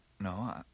no